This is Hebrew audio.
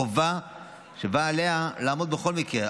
חובה שבה עליה לעמוד בכל מקרה,